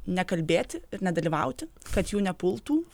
nekalbėti ir nedalyvauti kad jų nepultų